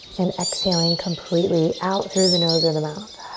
and exhaling completely out through the nose or the mouth.